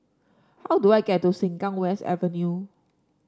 how do I get to Sengkang West Avenue